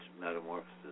metamorphosis